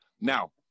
now